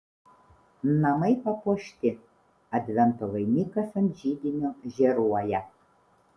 namai papuošti advento vainikas ant židinio žėruoja